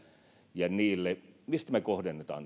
ja niille mistä me kohdennamme